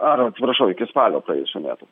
ar atsiprašau iki spalio praėjusių metų